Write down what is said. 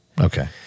Okay